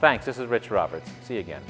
bank this is rich robert the again